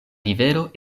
rivero